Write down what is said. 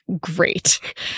great